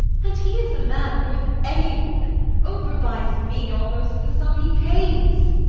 and he is a man worth any woman overbuys me almost the sum he pays.